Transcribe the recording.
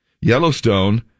Yellowstone